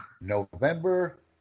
November